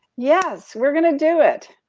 yes, we're gonna do it.